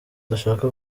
adashaka